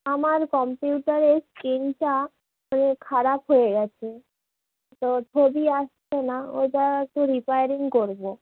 আমার কম্পিউটারের স্ক্রিনটা ওই খারাপ হয়ে গেছে তো ছবি আসছে না ওইটা একটু রিপেয়ারিং করবো